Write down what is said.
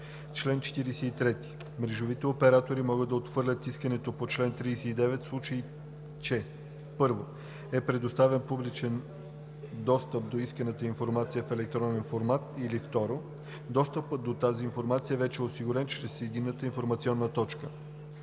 „Чл. 43. Мрежовите оператори могат да отхвърлят искането по чл. 39, в случай че: 1. е предоставен публичен достъп до исканата информация в електронен формат, или 2. достъпът до тази информация вече е осигурен чрез Единната информационна точка.“